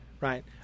right